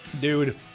Dude